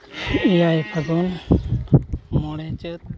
ᱮᱭᱟᱭ ᱯᱷᱟᱹᱜᱩᱱ ᱢᱚᱬᱮ ᱪᱟᱹᱛ